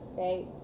right